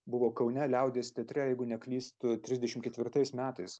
buvo kaune liaudies teatre jeigu neklystu trisdešimt ketvirtais metais